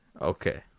Okay